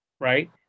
Right